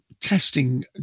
testing